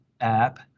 app